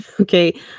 Okay